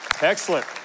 Excellent